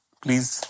please